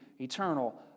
eternal